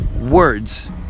words